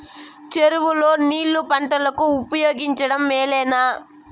చెరువు లో నీళ్లు పంటలకు ఉపయోగించడం మేలేనా?